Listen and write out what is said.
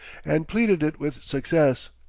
and pleaded it with success.